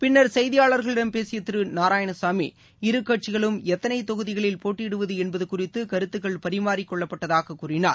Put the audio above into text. பின்னர் செய்தியாளர்களிடம் பேசியதிருநாராயணசாமி இரு கட்சிகளும் எத்தனைதொகுதிகளில் போட்டியிடுவதுஎன்பதுகுறித்துகருத்துக்கள் பரிமாறிக் கொள்ளப்பட்டதாகக் கூறினார்